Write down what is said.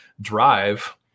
drive